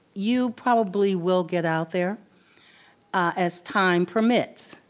you probably will get out there as time permits,